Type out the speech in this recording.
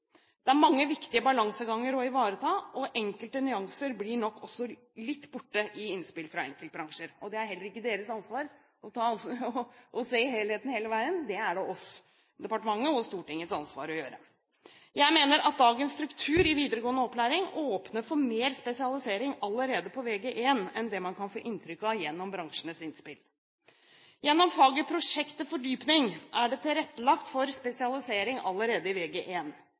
Det er mange viktige balanseganger å ivareta, og enkelte nyanser blir nok også litt borte i innspill fra enkeltbransjer. Det er heller ikke deres ansvar å se helheten hele veien – det er det vi i departementet og Stortinget som har ansvar for å gjøre. Jeg mener at dagens struktur i videregående opplæring åpner for mer spesialisering allerede på Vg1 enn det man kan få inntrykk av gjennom bransjenes innspill. Gjennom faget prosjekt til fordypning er det tilrettelagt for spesialisering allerede i